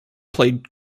played